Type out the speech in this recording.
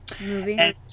movie